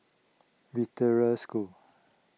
Victoria School